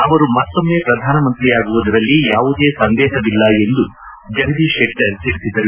ಅವರು ಮತ್ತೊಮ್ಮೆ ಪ್ರಧಾನಿಯಾಗುವುದರಲ್ಲಿ ಯಾವುದೇ ಸಂದೇಹವಿಲ್ಲ ಎಂದು ಜಗದೀಶ್ ಶೆಟ್ಟರ್ ತಿಳಿಸಿದರು